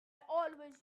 always